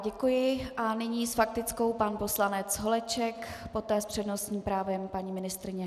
Děkuji a nyní s faktickou pan poslanec Holeček, poté s přednostním právem paní ministryně.